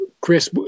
chris